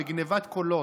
בגנבת קולות,